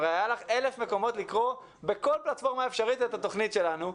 הרי היו לך אלף מקומות לקרוא בכל פלטפורמה אפשרית את התוכנית שלנו.